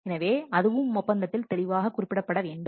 எனவே அதுவும் ஒப்பந்தத்தில் தெளிவாக குறிப்பிடப்பட வேண்டும்